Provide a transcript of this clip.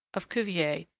of cuvier,